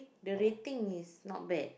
the rating is not bad